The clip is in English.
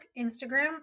Instagram